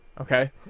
Okay